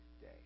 day